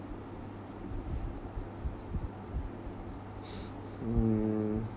mm